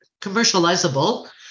commercializable